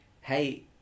hey